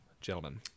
gentlemen